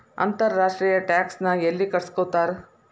ಅಂತರ್ ರಾಷ್ಟ್ರೇಯ ಟ್ಯಾಕ್ಸ್ ನ ಯೆಲ್ಲಿ ಕಟ್ಟಸ್ಕೊತಾರ್?